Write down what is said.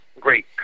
great